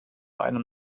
einem